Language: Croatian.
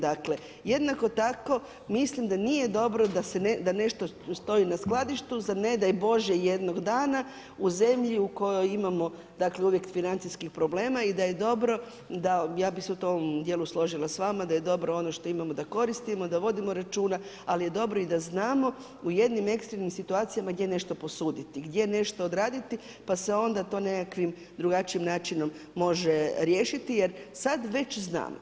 Dakle jednako tako mislim da nije dobro da nešto stoji na skladištu za ne daj Bože jednog dana u zemlji u kojoj imamo uvijek financijskih problema i da je dobro da, ja bih se u tom dijelu složila s vama da je dobro ono što imamo da koristimo, da vodimo računa, ali je dobro i da znamo u jednim ekstremnim situacijama gdje nešto posuditi, gdje nešto odraditi pa se onda to nekakvim drugačijim načinom može riješiti jer sada već znam.